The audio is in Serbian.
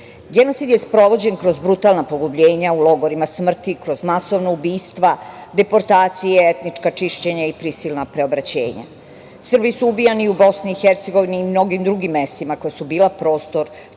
Genocid je sprovođen kroz brutalna pogubljenja u logorima smrti, kroz masovna ubistva, deportacije, etnička čišćenja i prisilna preobraćanja. Srbi su ubijani i u Bosni i Hercegovini i u mnogim drugim mestima koja su bila prostor